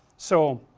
so